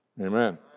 amen